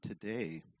today